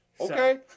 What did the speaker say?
Okay